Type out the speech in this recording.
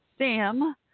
Sam